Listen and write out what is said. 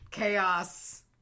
Chaos